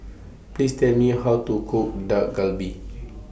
Please Tell Me How to Cook Dak Galbi